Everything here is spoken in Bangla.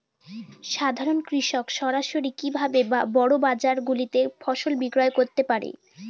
সাধারন কৃষক সরাসরি কি ভাবে বড় বাজার গুলিতে ফসল বিক্রয় করতে পারে?